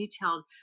detailed